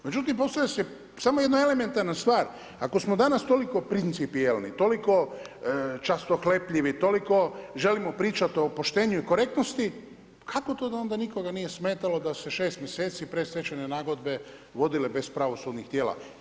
Međutim, postavlja se samo jedno elementarna stvar, ako smo danas toliko principijelni, toliko častohlepljivi, toliko želimo pričati o poštenju i korektnosti, kako to da onda nikoga nije smetalo, da se 6 mj. predstečajne nagodbe vodile bez pravosudnih tijela.